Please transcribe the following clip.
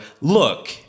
look